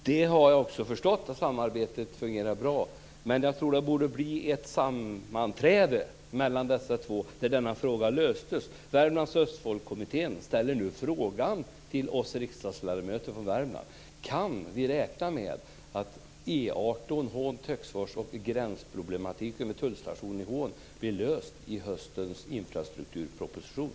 Fru talman! Jag har också förstått att samarbetet fungerar bra. Men jag tror att det borde bli ett sammanträde mellan dessa två där denna fråga löstes. Värmlands-Östfoldskommittén ställer nu frågan till oss riksdagsledamöter från Värmland: Kan vi räkna med att frågan om E 18 från Töcksfors och gränsproblematiken vid tullstationen i Hån blir löst i höstens infrastrukturproposition?